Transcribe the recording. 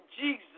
Jesus